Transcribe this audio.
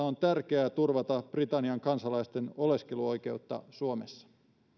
on tärkeää turvata britannian kansalaisten oleskeluoikeutta suomessa